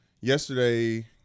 Yesterday